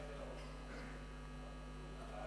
יעלה